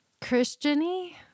Christian-y